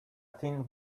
thin